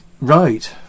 right